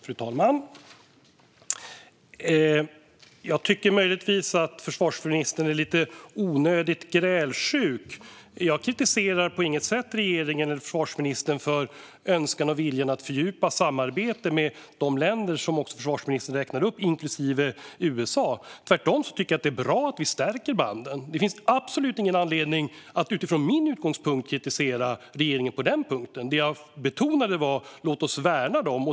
Fru talman! Jag tycker möjligtvis att försvarsministern är lite onödigt grälsjuk. Jag kritiserar på inget sätt regeringen eller försvarsministern för önskan och viljan att fördjupa samarbetet med de länder som försvarsministern räknar upp, inklusive USA. Tvärtom tycker jag att det är bra att vi stärker banden; det finns absolut ingen anledning att utifrån min utgångspunkt kritisera regeringen på den punkten. Det jag betonade var: Låt oss värna dem!